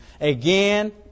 again